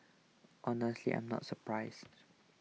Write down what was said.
honestly I am not surprised